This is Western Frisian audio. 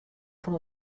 fan